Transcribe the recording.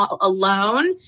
alone